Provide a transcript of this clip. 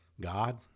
God